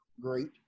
great